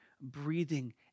breathing